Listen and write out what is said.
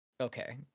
Okay